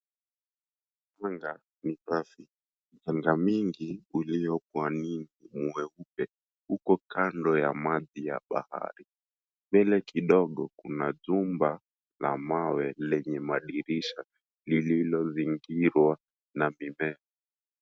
Manga ni pafi. Manga mingi iliyo kwa nini mweupe huko kando ya mwadhi ya bahari. Mbele kidogo kuna jumba la mawe lenye madirisha lililozingirwa na mimea.